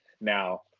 Now